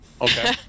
Okay